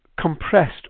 compressed